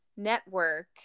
network